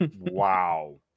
wow